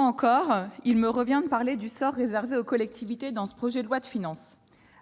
encore, il me revient de parler du sort réservé aux collectivités territoriales dans le projet de loi de finances.